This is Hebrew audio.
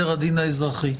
האזרחי.